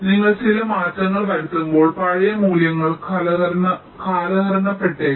നിങ്ങൾ ചില മാറ്റങ്ങൾ വരുത്തുമ്പോൾ പഴയ മൂല്യങ്ങൾ കാലഹരണപ്പെട്ടേക്കാം